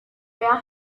where